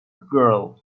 girl